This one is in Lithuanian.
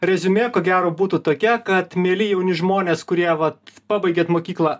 reziumė ko gero būtų tokia kad mieli jauni žmonės kurie vat pabaigėt mokyklą